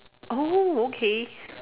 oh okay